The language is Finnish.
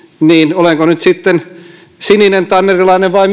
olenko nyt sitten sininen tannerilainen vai